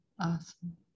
Awesome